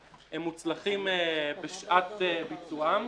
הם מוצלחים בשעת ביצועם.